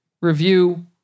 review